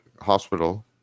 hospital